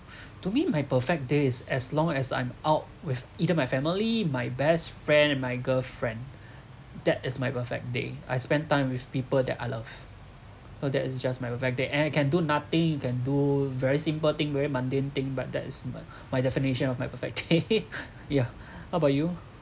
to me my perfect day is as long as I'm out with either my family my best friend and my girlfriend that is my perfect day I spend time with people that I love so that is just my perfect day and I can do nothing you can do very simple thing very mundane thing but that's my my definition of my perfect day ya how about you